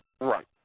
Right